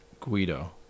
Guido